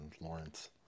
Lawrence